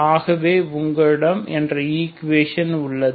ஆகவே உங்களிடம் 14uαα32uαβ34uββ 12uαα32uαβuαα 12u 32u0என உள்ளது